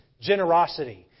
generosity